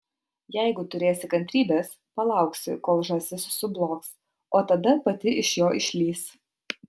jeigu turėsi kantrybės palauksi kol žąsis sublogs o tada pati iš jo išlįs